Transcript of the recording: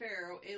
pharaoh